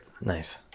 Nice